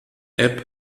app